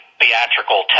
theatrical